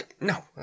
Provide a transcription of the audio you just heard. No